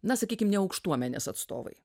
na sakykim ne aukštuomenės atstovai